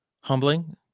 humbling